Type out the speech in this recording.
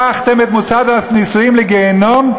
הפכתם את מוסד הנישואין לגיהינום.